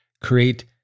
create